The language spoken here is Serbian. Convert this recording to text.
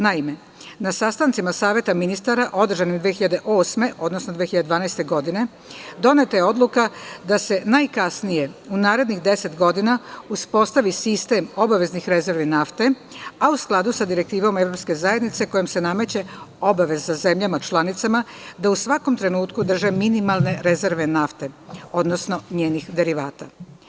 Naime, na sastancima Saveta ministara održanih 2008. godine, odnosno 2012. godine, doneta je odluka da se najkasnije u narednih 10 godina uspostavi sistem obaveznih rezervi nafte, a u skladu sa direktivom Evropske zajednice kojom se nameće obaveza zemljama članicama da u svakom trenutku drže minimalne rezerve nafte, odnosno njenih derivata.